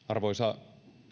arvoisa